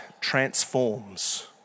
transforms